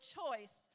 choice